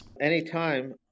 Anytime